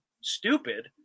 stupid